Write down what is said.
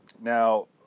Now